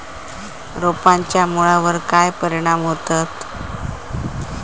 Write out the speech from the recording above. रोपांच्या मुळावर काय परिणाम होतत?